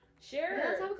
Share